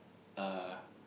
uh